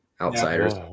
Outsiders